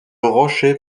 rocher